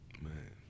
Man